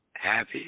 Happy